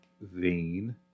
vein